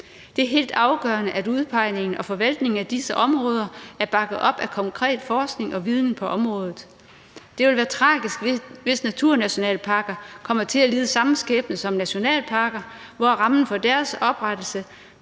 Det er helt afgørende, at udpegningen og forvaltningen af disse områder er bakket op af konkret forskning og viden på området. Det vil være tragisk, hvis naturnationalparker kommer til at lide samme skæbne som nationalparker, hvor rammen for deres oprettelse